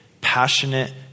passionate